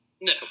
No